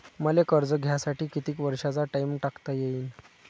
मले कर्ज घ्यासाठी कितीक वर्षाचा टाइम टाकता येईन?